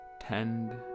Tend